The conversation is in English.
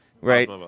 Right